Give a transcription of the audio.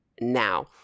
now